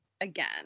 Again